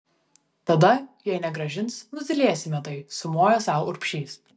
tada jei negrąžins nutylėsime tai sumojo sau urbšys